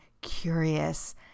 curious